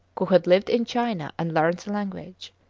who had lived in china and learnt the language.